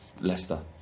Leicester